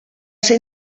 ser